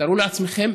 תארו לעצמכם,